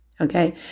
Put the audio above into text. okay